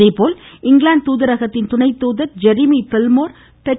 அதேபோல் இங்கிலாந்து துாதரகத்தின் துணை தூதர் ஜெரிமி பில்மோர் பெட்